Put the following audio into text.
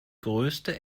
größte